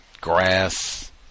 grass